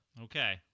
Okay